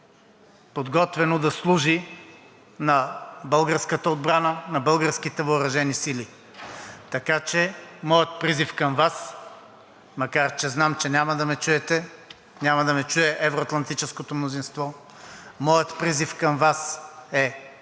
подготвено да служи на българската отбрана, на българските въоръжени сили. Така че моят призив към Вас, макар че знам, че няма да ме чуете, няма да ме чуе евро-атлантическото мнозинство, моят призив към Вас е